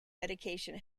medication